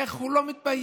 איך הוא לא מתבייש?